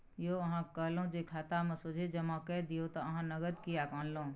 यौ अहाँक कहलहु जे खातामे सोझे जमा कए दियौ त अहाँ नगद किएक आनलहुँ